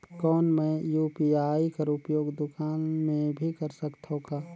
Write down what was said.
कौन मै यू.पी.आई कर उपयोग दुकान मे भी कर सकथव का?